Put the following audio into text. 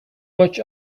watch